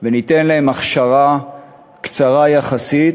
וניתן להם הכשרה קצרה יחסית,